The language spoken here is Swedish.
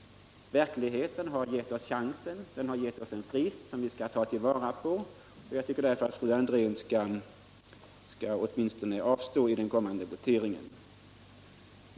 Verkligheten har gett oss chansen, den har gett oss en frist som vi skall ta till vara. Jag tycker därför att fru Andrén åtminstone skall avstå i en kommande votering.